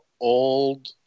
old